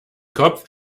kopf